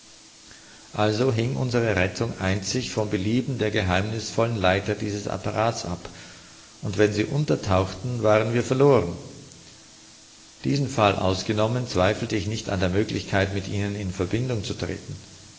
also hing unsere rettung einzig vom belieben der geheimnißvollen leiter dieses apparats ab und wenn sie untertauchten waren wir verloren diesen fall ausgenommen zweifelte ich nicht an der möglichkeit mit ihnen in verbindung zu treten